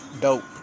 Dope